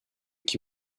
qui